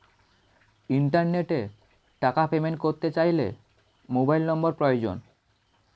ইন্টারনেটে টাকা পেমেন্ট করতে চাইলে মোবাইল নম্বর প্রয়োজন